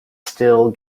still